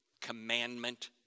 commandment